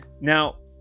Now